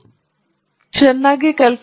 ಇಲ್ಲಿಗೆ ಯಾವುದೇ ಚಿಹ್ನೆ ಕಾಣಿಸುವುದಿಲ್ಲ